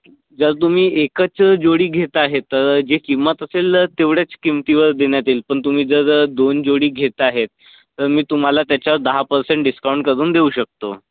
जर तुम्ही एकच जोडी घेत आहे तर जे किंमत असेल तेवढ्याच किंमतीवर देण्यात येईल पण तुम्ही जर दोन जोडी घेत आहे तर मी तुम्हाला त्याच्यावर दहा पर्सेंट डिस्काउंट करून देऊ शकतो